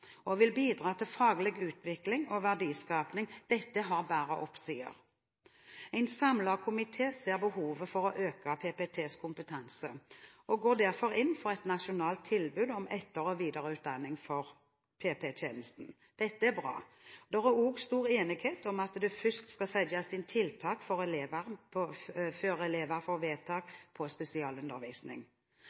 og vil bidra til faglig utvikling og verdiskaping. Dette har bare fordeler. En samlet komité ser behovet for å øke PPTs kompetanse og går derfor inn for et nasjonalt tilbud om etter- og videreutdanning for PP-tjenesten. Det er bra. Det er også stor enighet om at det først skal settes inn tiltak før elever får vedtak om spesialundervisning. For